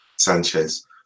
sanchez